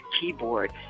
keyboard